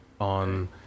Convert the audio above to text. on